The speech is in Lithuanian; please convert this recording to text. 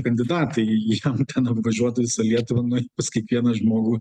kandidatai jiem ten apvažiuot visą lietuvą nueit pas kiekvieną žmogų